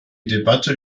debatte